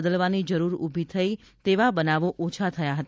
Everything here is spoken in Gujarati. બદલવાની જરૂર ઉભી થઇ તેવા બનાવો ઓછા થયા હતા